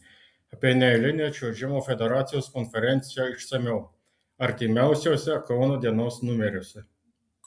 apie neeilinę čiuožimo federacijos konferenciją išsamiau artimiausiuose kauno dienos numeriuose